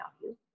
value